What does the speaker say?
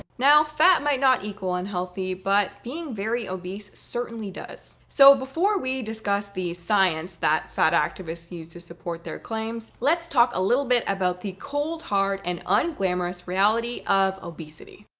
now, fat might not equal unhealthy but being very obese certainly does. so before we discuss the science that fat activists use to support their claims, let's talk a little bit about the cold, hard and unglamorous reality of obesity.